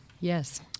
Yes